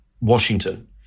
Washington